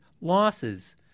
losses